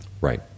Right